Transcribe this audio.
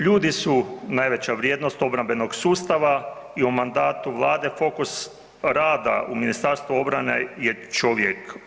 Ljudi su najveća vrijednost obrambenog sustava i u mandatu Vlade fokus rada u Ministarstvu obrane je čovjek.